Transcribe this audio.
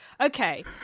okay